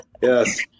Yes